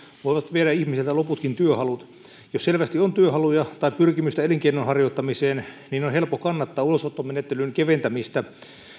voivat viedä ihmiseltä loputkin työhalut jos selvästi on työhaluja tai pyrkimystä elinkeinon harjoittamiseen niin on helppo kannattaa ulosottomenettelyn keventämistä